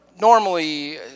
normally